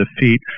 defeat